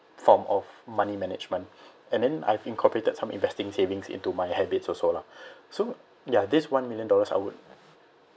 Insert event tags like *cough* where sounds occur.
form of money management and then I've incorporated some investing savings into my habits also lah *breath* so ya this one million dollars I would